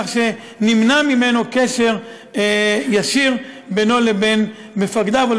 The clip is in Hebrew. כך שנמנע קשר ישיר בינו לבין מפקדיו או